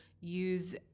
use